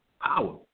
power